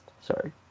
Sorry